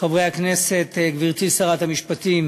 חברי הכנסת, גברתי שרת המשפטים,